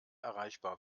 erreichbar